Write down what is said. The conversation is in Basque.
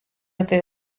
bete